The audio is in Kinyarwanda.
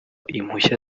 impushya